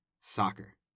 soccer